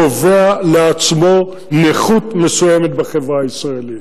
קובע לעצמו נכות מסוימת בחברה הישראלית,